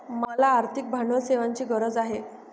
मला आर्थिक भांडवल सेवांची गरज आहे